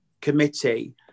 committee